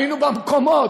היינו במקומות,